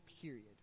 period